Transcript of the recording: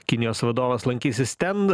kinijos vadovas lankysis ten